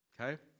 Okay